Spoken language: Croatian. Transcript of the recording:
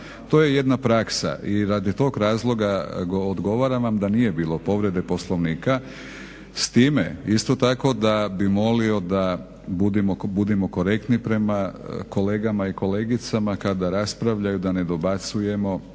To je jedna praksa i radi tog razloga odgovaram vam da nije bilo povrede Poslovnika. S time, isto tako bih molio da budemo korektni prema kolegama i kolegicama kada raspravljaju da ne dobacujemo.